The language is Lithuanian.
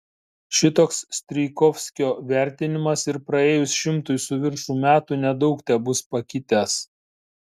šitoks strijkovskio vertinimas ir praėjus šimtui su viršum metų nedaug tebus pakitęs